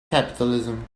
capitalism